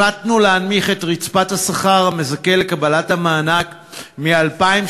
החלטנו להנמיך את רצפת השכר המזכה בקבלת המענק מ-2,000